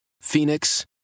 Phoenix